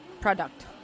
product